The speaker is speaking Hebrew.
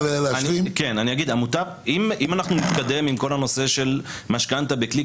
אם נתקדם עם כל הנושא של משכנתה בקליק,